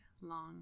long